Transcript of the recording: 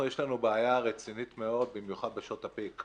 יש לנו בעיה רצינית מאוד במיוחד בשעות הפיק.